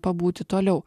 pabūti toliau